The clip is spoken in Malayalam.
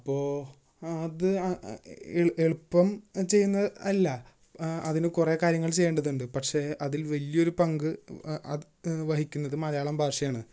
അപ്പോൾ അത് ആ എളുപ്പം ചെയ്യുന്നത് അല്ല അതിന് കുറേ കാര്യങ്ങള് ചെയ്യേണ്ടതുണ്ട് പക്ഷെ അതില് വലിയൊരു പങ്ക് അത് വഹിക്കുന്നത് മലയാളം ഭാഷയാണ്